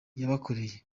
yabakoreye